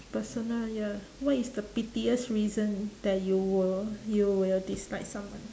personal ya what is the pettiest reason that you will you will dislike someone